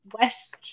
West